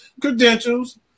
credentials